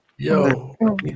Yo